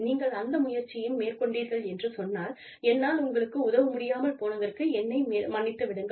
நீங்கள் அந்த முயற்சியையும் மேற்கொண்டீர்கள் என்று சொன்னால் என்னால் உங்களுக்கு உதவ முடியாமல் போனதற்கு என்னை மன்னித்து விடுங்கள்